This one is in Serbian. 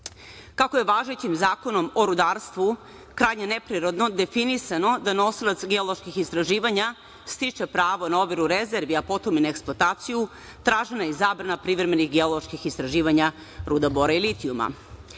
je važećim Zakonom o rudarstvu krajnje neprirodno definisano da nosilac geoloških istraživanja stiče pravo na overu rezervi, a potom i na eksploataciju tražena je i zabrana privremenih geoloških istraživanja ruda bora i litijuma. Pročitali